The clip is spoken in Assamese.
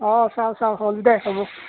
অঁ চাওঁ চাওঁ হ'ল দে হ'ব